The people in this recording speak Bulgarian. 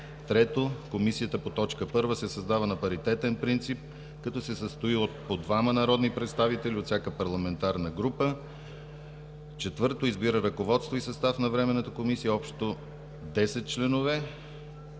3. Комисията по т. 1 се създава на паритетен принцип, като се състои от по двама народни представители от всяка парламентарна група. 4. Избира ръководство и състав на Временната комисия, общо десет членове.“